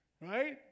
right